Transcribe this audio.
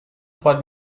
trois